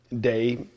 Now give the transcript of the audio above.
day